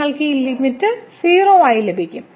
നിങ്ങൾക്ക് ഈ ലിമിറ്റ് 0 ആയി ലഭിക്കും